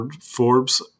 Forbes